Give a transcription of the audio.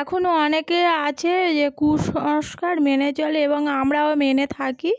এখনও অনেকে আছে যে কুসংস্কার মেনে চলে এবং আমরাও মেনে থাকি